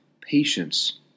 patience